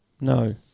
No